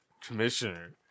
commissioner